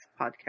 podcast